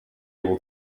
able